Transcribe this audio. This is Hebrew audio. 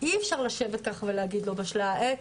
אי אפשר לשבת ולהגיד: לא בשלה העת.